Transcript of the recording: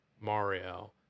Mario